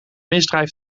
misdrijf